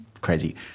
crazy